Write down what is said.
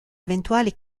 eventuali